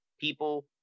people